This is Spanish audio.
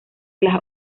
las